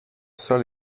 sol